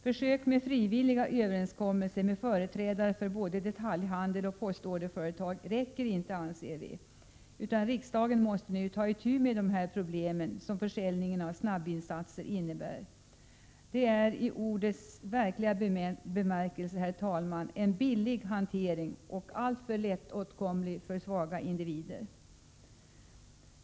Försök med frivilliga överenskommelser med företrädare för både detaljhandel och postorderföretag räcker inte, utan riksdagen måste nu ta itu med de problem som försäljningen av snabbvinsatser innebär. Det är i ordets verkliga bemärkelse, herr talman, en billig hantering och allför lättåtkomlig för svaga individer.